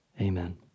Amen